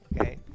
Okay